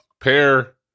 pair